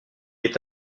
est